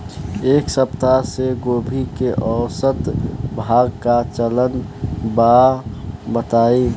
एक सप्ताह से गोभी के औसत भाव का चलत बा बताई?